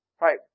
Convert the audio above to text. right